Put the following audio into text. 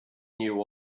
knew